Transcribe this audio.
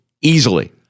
Easily